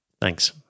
Thanks